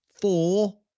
four